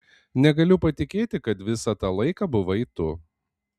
negaliu patikėti kad visą tą laiką buvai tu